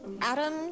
Adam